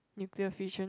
nuclear fusion